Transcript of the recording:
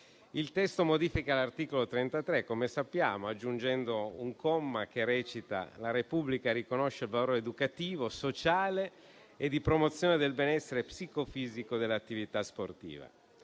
una modifica all'articolo 33, aggiungendo un comma che recita: «La Repubblica riconosce il valore educativo, sociale e di promozione del benessere psicofisico dell'attività sportiva